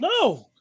No